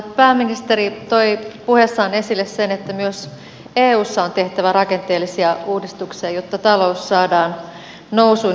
pääministeri toi puheessaan esille sen että myös eussa on tehtävä rakenteellisia uudistuksia jotta talous saadaan nousuun